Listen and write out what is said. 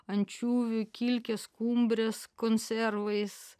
ančiuvių kilkės skumbrės konservais